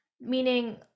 Meaning